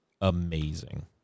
amazing